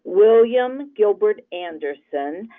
william gilbert anderson,